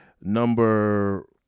Number